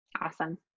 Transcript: awesome